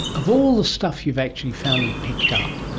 of all the stuff you've actually found and picked up,